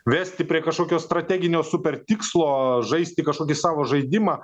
vesti prie kažkokio strateginio supertikslo žaisti kažkokį savo žaidimą